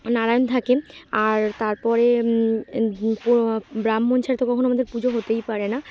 নারায়ণ থাকে আর তারপরে ব্রাহ্মণ ছাড়ে তো কখনও আমাদের পুজো হতেই পারে না